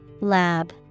Lab